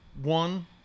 one